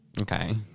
Okay